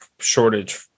shortage